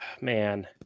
man